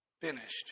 finished